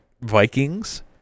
Vikings